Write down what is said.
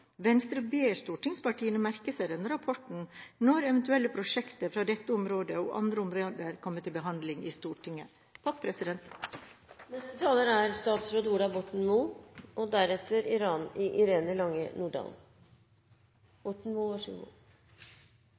Venstre ber stortingspartiene merke seg denne rapporten når eventuelle prosjekter fra dette området og andre områder kommer til behandling i Stortinget. La meg starte med å sitere en kjent sang, nemlig «Det er lov å være blid». For nå har det vært så